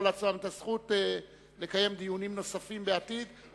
לעצמם את הזכות לקיים דיונים נוספים בעתיד,